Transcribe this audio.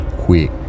quick